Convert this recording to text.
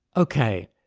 okay,